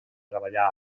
treballar